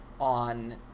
on